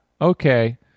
okay